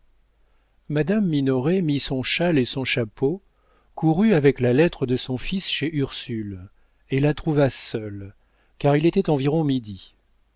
madame minoret mit son châle et son chapeau courut avec la lettre de son fils chez ursule et la trouva seule car il était environ midi